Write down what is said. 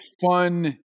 fun